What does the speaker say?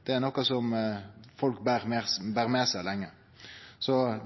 det er noko som folk ber med seg lenge.